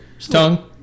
Tongue